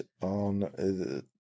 on